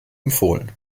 empfohlen